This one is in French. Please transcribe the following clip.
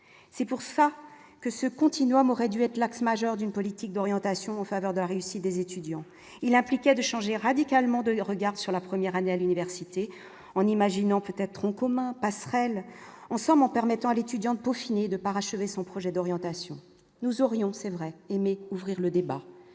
c'est pour ça que ce continuum aurait dû être l'axe majeur d'une politique d'orientation en faveur de la réussite des étudiants il appliquait de changer radicalement de regard sur la première année à l'université en imaginant peut-être en commun passerelle en somme en permettant à l'étudiant peaufiner de parachever son projet d'orientation, nous aurions c'est vrai, mais ouvrir le débat,